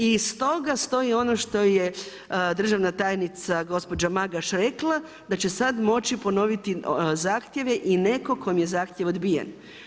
I stoga stoji ono što je državna tajnica gospođa Magaš rekla da će sada moći ponoviti zahtjeve i nekog kome je zahtjev odbijen.